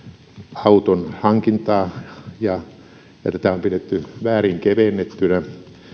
auton hankintaa ja tätä on pidetty väärin kevennettynä